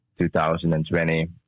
2020